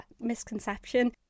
misconception